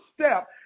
step